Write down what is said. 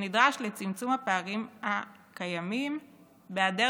הנדרש לצמצום הפערים הקיימים בהיעדר